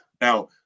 Now